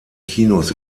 kinos